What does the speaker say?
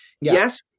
Yes